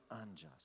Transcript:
unjust